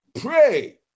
pray